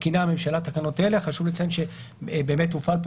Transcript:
מתקינה הממשלה תקנות אלה: חשוב לציין שבאמת הופעל פה